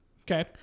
Okay